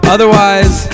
Otherwise